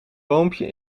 boompje